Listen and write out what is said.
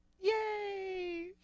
Yay